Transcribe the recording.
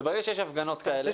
וברגע שיש הפגנות כאלה --- אתה רוצה